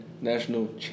national